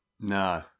no